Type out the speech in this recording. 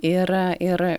ir ir